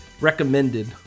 recommended